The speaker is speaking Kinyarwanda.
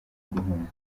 guhunga